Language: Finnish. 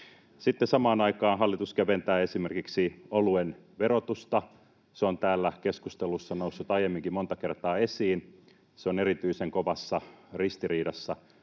samaan aikaan hallitus keventää esimerkiksi oluen verotusta. Se on täällä keskustelussa noussut aiemminkin monta kertaa esiin. Se on erityisen kovassa ristiriidassa